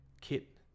kit